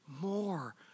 more